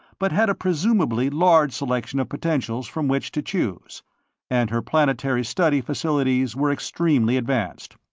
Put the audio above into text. but had a presumably large selection of potentials from which to choose and her planetary study facilities were extremely advanced.